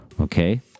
Okay